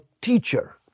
teacher